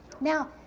Now